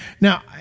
Now